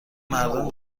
مردم